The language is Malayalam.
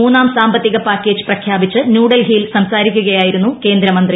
മൂന്നാം സാമ്പത്തിക പാക്കേജ് പ്രഖ്യാപിച്ച് ന്യൂഡൽഹിയിൽ സംസാരിക്കുകയായിരുന്നു കേന്ദ്ര മന്ത്രി